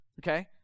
Okay